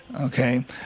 Okay